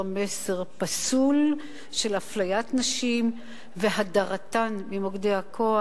מסר פסול של אפליית נשים והדרתן ממוקדי הכוח,